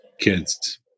kids